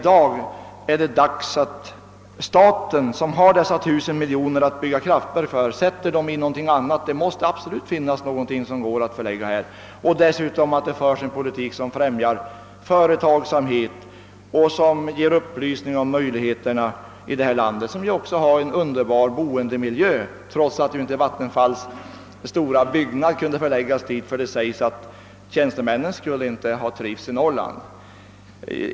Det är nu dags att staten, som har dessa 1000 miljoner kronor att bygga kraftverk för, placerar pengarna i någonting annat — det måste vara möjligt att lokalisera någonting hit. Vi måste föra en politik som främjar företagsamhet och ger upplysning om möjligheterna i denna del av landet, som också har en underbar boendemiljö — trots att vattenfallsverkets stora byggnad inte kunde förläggas dit eftersom man ansåg att tjänstemännen inte skulle trivas i Norrland.